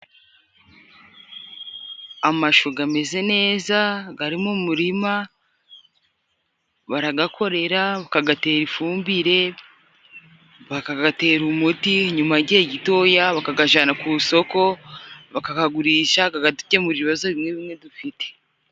Amashu gameze neza, gari mu murima, baragakorera, bakagatera ifumbire, bakagatera umuti ,nyuma y' igihe gitoya bakagajana ku soko bakagagurisha gakadukemurira ibibazo bimwe bimwe dufite.